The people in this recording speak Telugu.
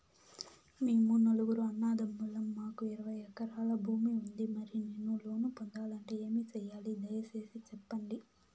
మేము నలుగురు అన్నదమ్ములం మాకు ఇరవై ఎకరాల భూమి ఉంది, మరి నేను లోను పొందాలంటే ఏమి సెయ్యాలి? దయసేసి సెప్పండి?